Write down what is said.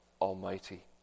Almighty